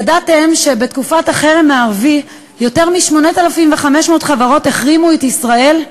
ידעתם שבתקופת החרם הערבי יותר מ-8,500 חברות החרימו את ישראל?